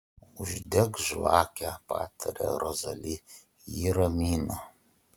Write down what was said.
uždek žvakę pataria rozali ji ramina